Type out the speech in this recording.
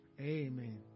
Amen